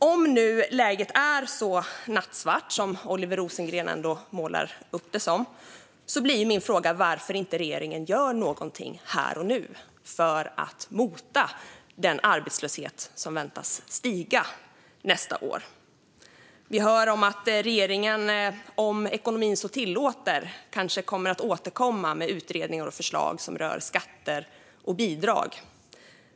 Om läget är så nattsvart som Oliver Rosengren målar upp det som blir min fråga varför regeringen inte gör någonting här och nu för att mota bort den arbetslöshet som väntas stiga nästa år. Vi hör om att regeringen, om ekonomin så tillåter, kanske kommer att återkomma med utredningar och förslag som rör skatter och bidrag.